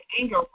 anger